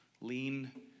Lean